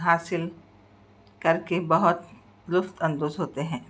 حاصل کر کے بہت لطف اندوز ہوتے ہیں